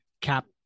Cap